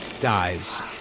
dies